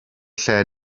lle